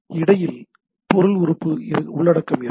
இடையில் பொருள் உறுப்பு உள்ளடக்கம் இருக்கும்